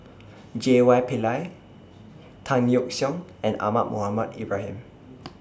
J Y Pillay Tan Yeok Seong and Ahmad Mohamed Ibrahim